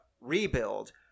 rebuild